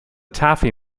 taffy